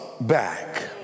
back